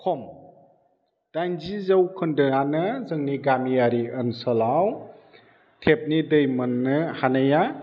खम दाइनजि जौखोन्दोआनो जोंनि गामियारि ओसोलाव टेप नि दै मोननो हानाया